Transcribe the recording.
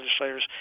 legislators